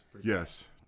Yes